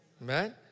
Man